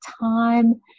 time